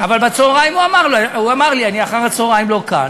אבל בצהריים הוא אמר לי: אני אחר-הצהריים לא כאן,